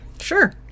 Sure